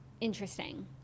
Interesting